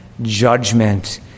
judgment